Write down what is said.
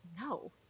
no